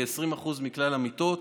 כ-20% מכלל המיטות,